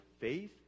faith